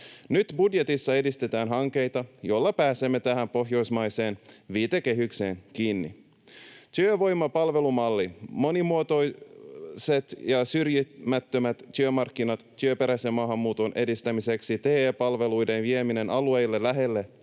Nyt budjetissa edistetään hankkeita, joilla pääsemme tähän pohjoismaiseen viitekehykseen kiinni. Työvoimapalvelumalli, monimuotoiset ja syrjimättömät työmarkkinat työperäisen maahanmuuton edistämiseksi, TE-palveluiden vieminen alueille lähelle